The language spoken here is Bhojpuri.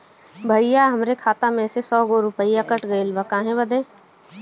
भईया हमरे खाता में से सौ गो रूपया कट गईल बा काहे बदे?